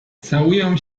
całują